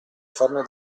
farne